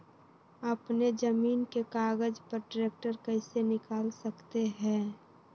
अपने जमीन के कागज पर ट्रैक्टर कैसे निकाल सकते है?